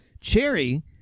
cherry